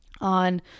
on